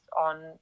on